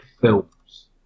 films